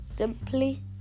simply